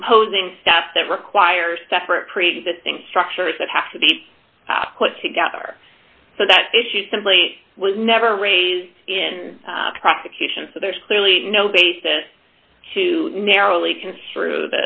composing step that requires separate preexisting structures that have to be put together so that if she simply was never raised in a prosecution so there's clearly no basis to narrowly construe